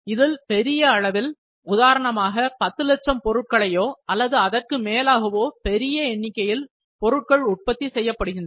இதில் பெரிய அளவில் உதாரணமாக 10 லட்சம் பொருட்களையோ அல்லது அதற்கு மேலாகவோ பெரிய எண்ணிக்கையில் பொருட்கள் உற்பத்தி செய்யப்படுகின்றன